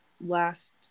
last